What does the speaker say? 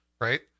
right